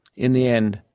in the end,